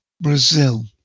Brazil